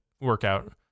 workout